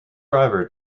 driver